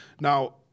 Now